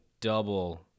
double